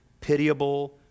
pitiable